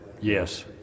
Yes